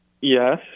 Yes